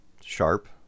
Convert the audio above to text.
sharp